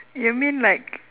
you mean like